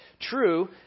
true